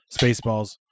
Spaceballs